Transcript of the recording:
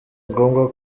ngombwa